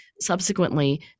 subsequently